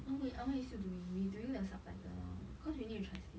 en hui en hui still doing we doing the subtitle now because we need to translate